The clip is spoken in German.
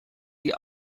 die